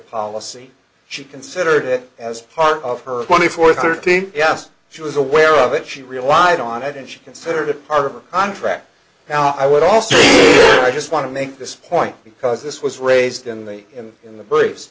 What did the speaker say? policy she considered it as part of her twenty four thirty yes she was aware of it she relied on it and she considered a part of her contract i would also i just want to make this point because this was raised in the in the in the